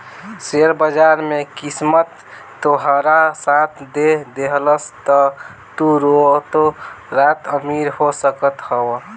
share बाजार में किस्मत तोहार साथ दे देहलस तअ तू रातो रात अमीर हो सकत हवअ